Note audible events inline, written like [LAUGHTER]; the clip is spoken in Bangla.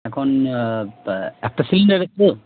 এখন একটা সিলিন্ডারের [UNINTELLIGIBLE]